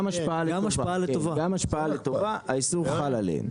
גם השפעה לטובה האיסור חל עליהן.